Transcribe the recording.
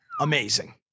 Amazing